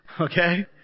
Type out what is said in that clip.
Okay